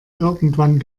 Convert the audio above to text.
irgendwann